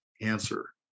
answer